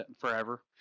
forever